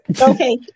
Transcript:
Okay